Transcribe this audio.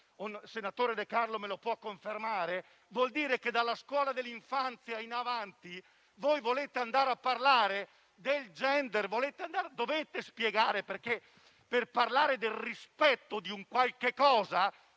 senatore De Carlo, può confermare, dalla scuola dell'infanzia in avanti - volete andare a parlare del *gender*. Dovete spiegare che per parlare del rispetto di un qualche cosa,